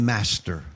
Master